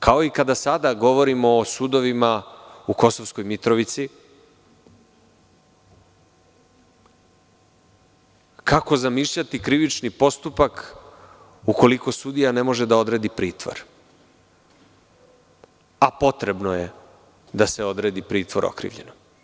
Kao i kada sada govorimo o sudovima u Kosovskoj Mitrovici, kako zamišljati krivični postupak, ukoliko sudija ne može da odredi pritvor, a potrebno je da se odredi pritvor okrivljenom.